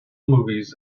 movies